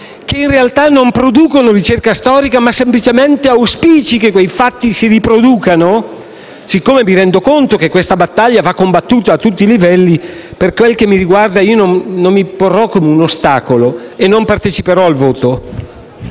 (che in realtà non producono ricerca storica, ma semplicemente auspici che quei fatti si riproducano) e nella consapevolezza che questa battaglia va combattuta a tutti i livelli, personalmente non mi porrò come un ostacolo e non parteciperò al voto.